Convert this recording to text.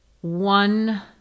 one